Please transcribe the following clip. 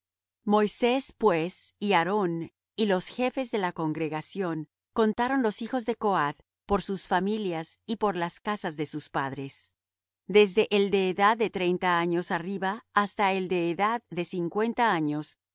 moisés pues y aarón y los jefes de la congregación contaron los hijos de coath por sus familias y por las casas de sus padres desde el de edad de treinta años arriba hasta el de edad de cincuenta años